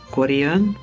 Korean